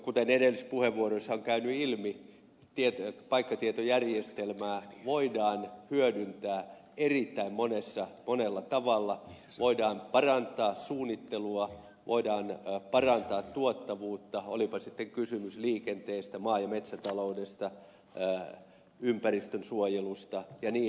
kuten edellisissä puheenvuoroissa on käynyt ilmi paikkatietojärjestelmää voidaan hyödyntää erittäin monella tavalla voidaan parantaa suunnittelua voidaan parantaa tuottavuutta olipa sitten kysymys liikenteestä maa ja metsätaloudesta ympäristönsuojelusta ja niin edelleen